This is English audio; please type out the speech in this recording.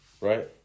Right